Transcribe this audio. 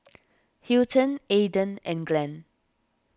Hilton Aidan and Glen